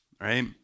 right